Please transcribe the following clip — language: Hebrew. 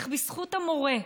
איך בזכות המורה,